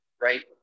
right